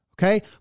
Okay